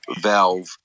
valve